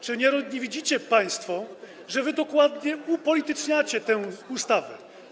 Czy nie widzicie państwo, że wy dokładnie upolityczniacie tę ustawę?